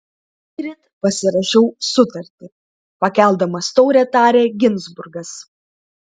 šįryt pasirašiau sutartį pakeldamas taurę tarė ginzburgas